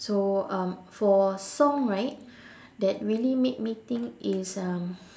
so um for song right that really made me think is um